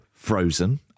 Frozen